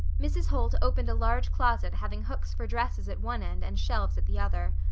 mrs. holt opened a large closet having hooks for dresses at one end and shelves at the other.